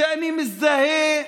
ואני מזדהה